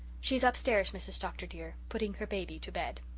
she's upstairs, mrs. dr. dear, putting her baby to bed.